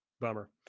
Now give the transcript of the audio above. Bummer